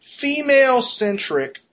female-centric